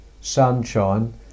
sunshine